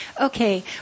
Okay